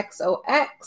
XOX